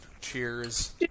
cheers